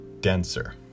denser